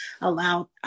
allow